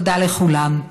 תודה לכולם.